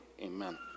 amen